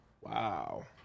Wow